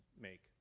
make